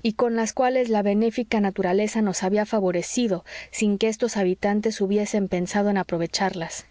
y con las cuales la benéfica naturaleza nos había favorecido sin que estos habitantes hubiesen pensado en aprovecharlas